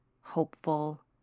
hopeful